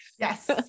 Yes